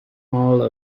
all